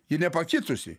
ji nepakitusi